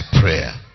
prayer